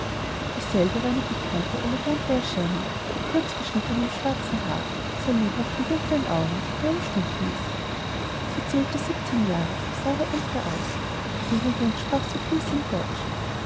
dieselbe war eine pikante elegante erscheinung mit kurzgeschnittenem schwarzen haar sehr lebhaften dunklen augen und einem stumpfnäschen sie zählte siebzehn jahre sah aber älter aus uebrigens sprach sie fließend